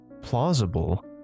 plausible